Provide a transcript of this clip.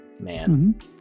man